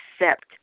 accept